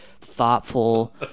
thoughtful